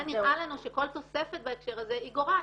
לכן נראה לנו שכל תוספת בהקשר הזה היא גורעת.